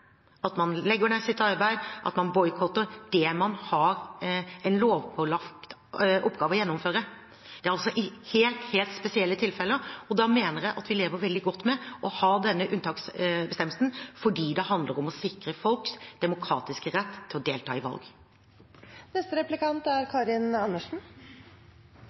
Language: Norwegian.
at man legger ned sitt arbeid, at man boikotter det man har som lovpålagt oppgave å gjennomføre. Det er altså i helt spesielle tilfeller, og da mener jeg at vi lever veldig godt med å ha denne unntaksbestemmelsen, fordi det handler om å sikre folks demokratiske rett til å delta i valg. SV er